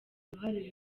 uruhare